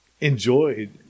enjoyed